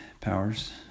powers